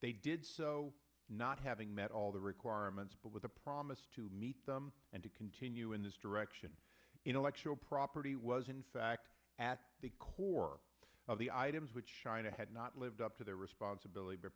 they did so not having met all the requirements but with a promise to meet them and to continue in this direction intellectual property was in fact at the core of the items which shine a had not lived up to their responsibility